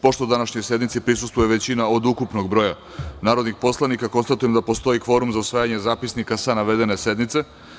Pošto današnjoj sednici prisustvuje većina od ukupnog broja narodnih poslanika, konstatujem da postoji kvorum za usvajanje zapisnika sa navedene sednice.